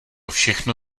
všechno